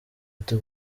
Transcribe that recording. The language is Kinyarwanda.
ati